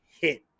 hit